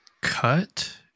cut